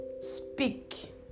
speak